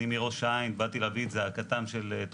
יו"ר ועדת ביטחון פנים: רגע,